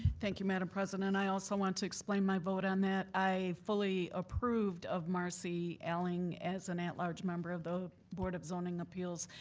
thank you madam president. i also want to explain my vote on that. i fully approved of marcy elling as an at large member of the board of zoning appeals.